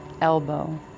Elbow